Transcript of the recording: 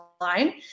Line